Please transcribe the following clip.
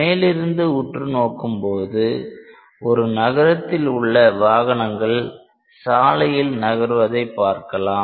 மேலிருந்து உற்று நோக்கும் போது ஒரு நகரத்தில் உள்ள வாகனங்கள் சாலையில் நகர்வதை பார்க்கலாம்